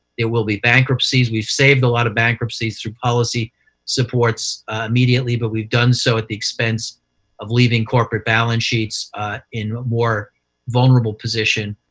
there will be bankruptcies. we've saved a lot of bankruptcies through policy supports immediately, but we've done so at the expense of leaving corporate balance sheets in a more vulnerable position.